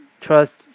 trust